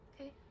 Okay